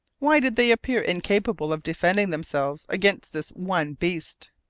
why did they appear incapable of defending themselves against this one beast?